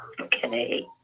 okay